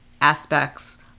aspects